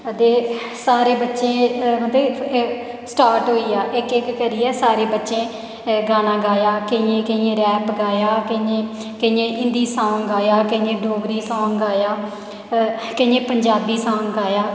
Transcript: सारे बच्चे मतलब कि स्टार्ट होई गेआ ते इक्क इक्क करियै मतलब कि सारे बच्चें केइयें गाना गाया केइयें केइयें रैप गाया केइयें केइयें हिंदी सॉन्ग गाया केइयें डोगरी सॉन्ग गाया केइयें पंजाबी सॉन्ग गाया